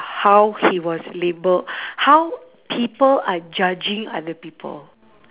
how he was labelled how people are judging other people